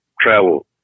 travel